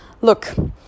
look